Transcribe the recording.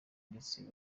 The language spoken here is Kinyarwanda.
ndetse